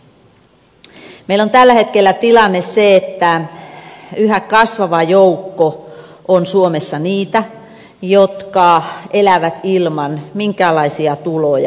meillä on tällä hetkellä tilanne se että yhä kasvava joukko on suomessa niitä jotka elävät ilman minkäänlaisia tuloja